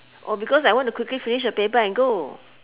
oh because I want to quickly finish the paper and go